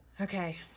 Okay